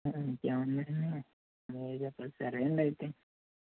ఇంక ఏముందండి మీరే చెప్పాలి సరే అండి అయితే